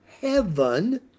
heaven